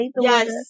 Yes